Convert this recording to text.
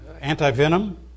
anti-venom